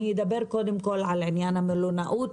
אדבר קודם כל על עניין המלונאות,